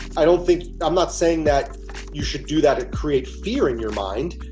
i don't think. i'm not saying that you should do that. it create fear in your mind,